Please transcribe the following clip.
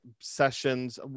sessions